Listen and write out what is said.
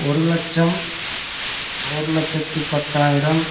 ஒரு லட்சம் ஒரு லட்சத்து பத்தாயிரம்